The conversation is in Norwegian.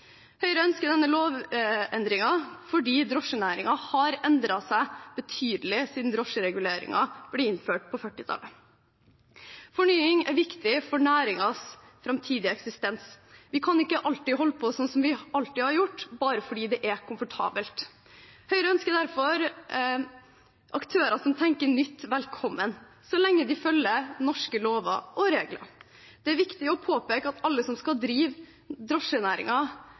Høyre ønsker denne lovendringen fordi drosjenæringen har endret seg betydelig siden drosjereguleringen ble innført på 1940-tallet. Fornying er viktig for næringens framtidige eksistens. Vi kan ikke holde på sånn som vi alltid har gjort, bare fordi det er komfortabelt. Høyre ønsker derfor velkommen aktører som tenker nytt, så lenge de følger norske lover og regler. Det er viktig å påpeke at alle som skal drive